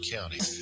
County